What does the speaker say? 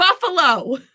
Buffalo